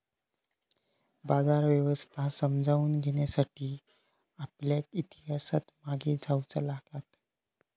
बाजार व्यवस्था समजावून घेण्यासाठी आपल्याक इतिहासात मागे जाऊचा लागात